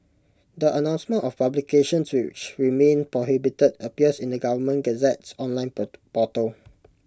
the announcement of publications which remain prohibited appears in the government Gazette's online portal